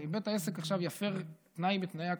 הרי בית העסק יפר עכשיו תנאי מתנאי הכשרות,